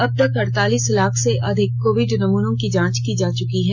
अबतक अड़तालीस लाख से अधिक कोविड नमूनों की जांच की चुकी है